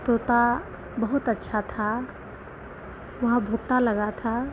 तोता बहुत अच्छा था वहाँ भुट्टा लगा था